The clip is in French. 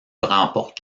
remporte